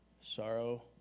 sorrow